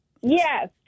Yes